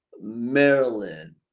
maryland